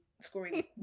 Scoring